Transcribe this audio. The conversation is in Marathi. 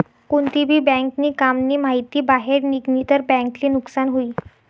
कोणती भी बँक नी काम नी माहिती बाहेर निगनी तर बँक ले नुकसान हुई